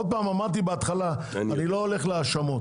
אמרתי בהתחלה, אני לא הולך להאשמות.